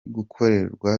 gukorerwa